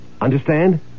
Understand